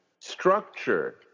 structure